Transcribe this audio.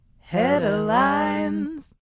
Headlines